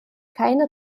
keine